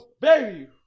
baby